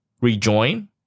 rejoin